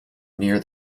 near